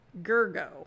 Gergo